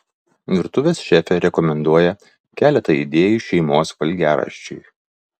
virtuvės šefė rekomenduoja keletą idėjų šeimos valgiaraščiui